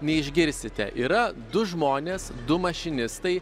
neišgirsite yra du žmonės du mašinistai